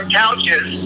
couches